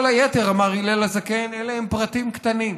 כל היתר, אמר הלל הזקן, אלה הם פרטים קטנים,